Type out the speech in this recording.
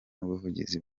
n’ubuvuzi